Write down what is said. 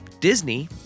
Disney